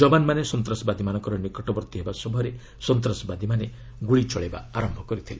ଯବାନମାନେ ସନ୍ତାସବାଦୀମାନଙ୍କର ନିକଟବର୍ତ୍ତୀ ହେବା ସମୟରେ ସନ୍ତାସବାଦୀମାନେ ଗୁଳି ଚଳାଇବା ଆରମ୍ଭ କରିଥିଲେ